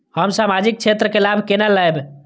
हम सामाजिक क्षेत्र के लाभ केना लैब?